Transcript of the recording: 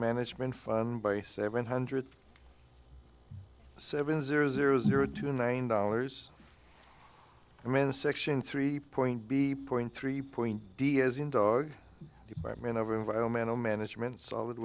management fund by seven hundred seven zero zero zero two nine dollars i mean the section three point b point three point d as in dog bites man over environmental management solid